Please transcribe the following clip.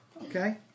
Okay